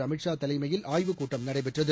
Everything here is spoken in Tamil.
அமித் ஷா தலைமையில் ஆய்வுக்கூட்டம் நடைபெற்றது